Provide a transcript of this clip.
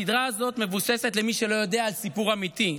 למי שלא יודע, הסדרה הזאת מבוססת על סיפור אמיתי,